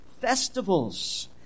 festivals